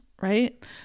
right